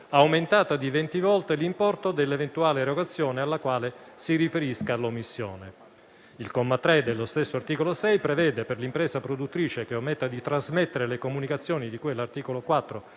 aumentata di venti volte l'importo dell'eventuale erogazione alla quale si riferisca l'omissione. Il comma 3 dello stesso articolo 6 prevede, per l'impresa produttrice che ometta di trasmettere le comunicazioni di cui all'articolo 4,